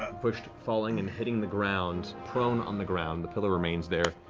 um pushed, falling, and hitting the ground, prone on the ground, the pillar remains there.